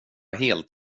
helt